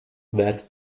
that